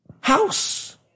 house